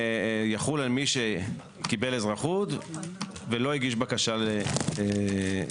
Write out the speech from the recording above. שיחול על מי שקיבל אזרחות ולא הגיש בקשה לדרכון.